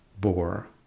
bore